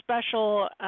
special